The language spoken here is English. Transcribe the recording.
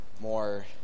More